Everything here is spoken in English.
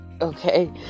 okay